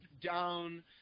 down